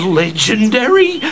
legendary